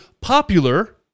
popular